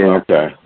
okay